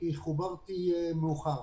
פשוט חוברתי מאחור.